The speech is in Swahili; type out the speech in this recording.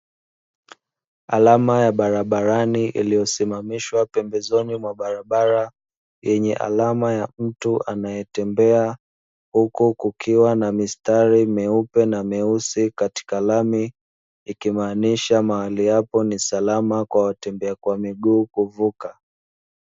Alama ya barabarani iliyosimamishwa pembezoni mwa barabara, yenye alama ya mtu anayetembea huku kukiwa na mistari meupe na meusi katika lami, ikimaanisha mahali hapo ni salama kwa watembea kwa miguu kuvuka.